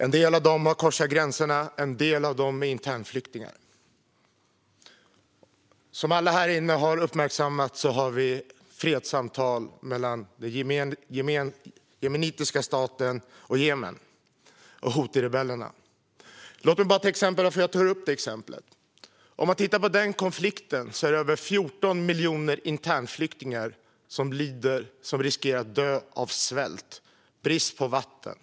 En del av dem har korsat gränserna, och en del av dem är internflyktingar. Som alla här inne har uppmärksammat sker fredssamtal mellan den jemenitiska staten, Jemen, och huthirebellerna. Låt mig tala om varför jag tar upp detta exempel. I denna konflikt är det över 14 miljoner internflyktingar som lider och riskerar att dö av svält och brist på vatten.